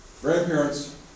grandparents